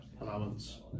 allowance